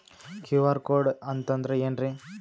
QR code ಅಂತಂದ್ರ ಏನ್ರೀ?